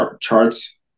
charts